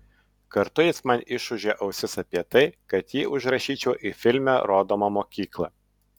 kartu jis man išūžė ausis apie tai kad jį užrašyčiau į filme rodomą mokyklą